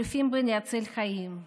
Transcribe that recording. אלופים בלהציל חיים,